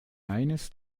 eines